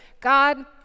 God